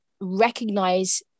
recognize